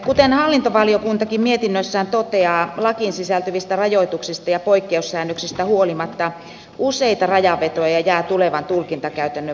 kuten hallintovaliokuntakin mietinnössään toteaa lakiin sisältyvistä rajoituksista ja poikkeussäännöksistä huolimatta useita rajanvetoja jää tulevan tulkintakäytännön varaan